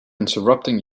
interrupting